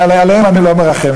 עליהם אני לא מרחם,